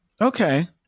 Okay